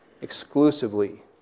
exclusively